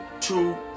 two